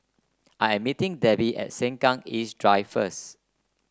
I am meeting Debby at Sengkang East Drive first